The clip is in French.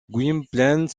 gwynplaine